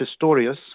Pistorius